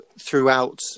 throughout